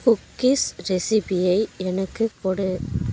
cookies ரெசிபியை எனக்குக் கொடு